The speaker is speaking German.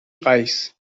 reichs